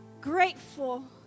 grateful